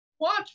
watch